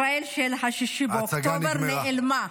ישראל של 6 באוקטובר נעלמה.